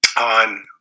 on